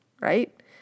right